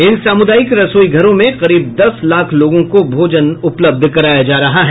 इन सामुदायिक रसोईघरों में करीब दस लाख लोगों को भोजन उपलब्ध कराया जा रहा है